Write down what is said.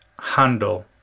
handle